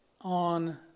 on